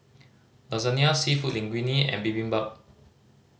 Lasagna Seafood Linguine and Bibimbap